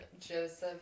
Joseph